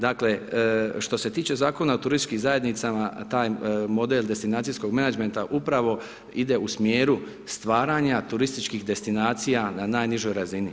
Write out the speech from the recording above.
Dakle, što se tiče Zakona o turističkim zajednicama taj model destinacijskog menadžmenta upravo ide u smjeru stvaranja turističkih destinacija na najnižoj razini.